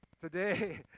today